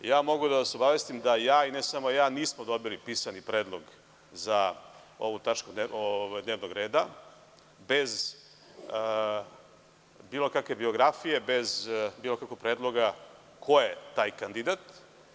Mogu da vas obavestim da ja, ne samo ja, nismo dobili pisani predlog za ovu tačku dnevnog reda, bez bilo kakve biografije, bez bilo kakvog predloga koje taj kandidat.